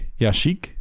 Yashik